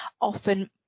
often